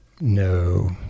no